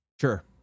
Sure